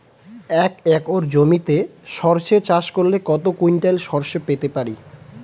এক একর জমিতে সর্ষে চাষ করলে কত কুইন্টাল সরষে পেতে পারি?